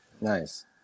Nice